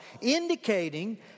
indicating